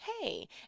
hey